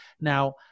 Now